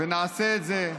ונעשה את זה.